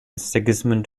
sigismund